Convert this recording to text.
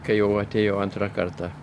kai jau atėjo antrą kartą